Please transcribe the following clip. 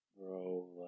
Bro